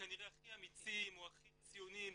כנראה הכי אמיצים או הכי ציונים,